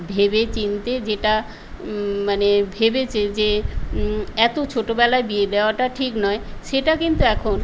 ভেবেচিন্তে যেটা মানে ভেবেছে যে এত ছোটোবেলায় বিয়ে দেওয়াটা ঠিক নয় সেটা কিন্তু এখন